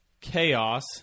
chaos